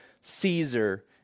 Caesar